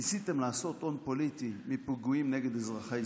ניסיתם לעשות הון פוליטי מפיגועים נגד אזרחי ישראל.